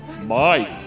Mike